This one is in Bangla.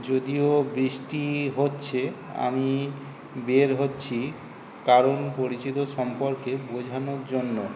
যদিও বৃষ্টি হচ্ছে আমি বের হচ্ছি কারণ পরিচিত সম্পর্কে বোঝানোর জন্য